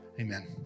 amen